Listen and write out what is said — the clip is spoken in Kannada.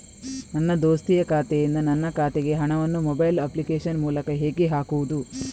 ನನ್ನ ದೋಸ್ತಿಯ ಖಾತೆಯಿಂದ ನನ್ನ ಖಾತೆಗೆ ಹಣವನ್ನು ಮೊಬೈಲ್ ಅಪ್ಲಿಕೇಶನ್ ಮೂಲಕ ಹೇಗೆ ಹಾಕುವುದು?